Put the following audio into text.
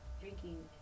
drinking